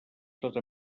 tota